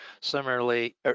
similarly